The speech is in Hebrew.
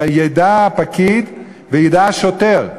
ידע הפקיד וידע השוטר,